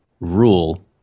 rule